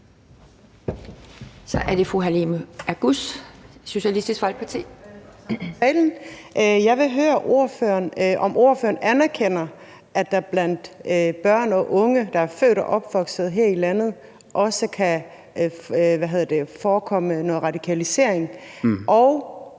Kl. 12:24 Halime Oguz (SF): Tak for talen. Jeg vil høre, om ordføreren anerkender, at der blandt børn og unge, der er født og opvokset her i landet, også kan forekomme radikalisering, og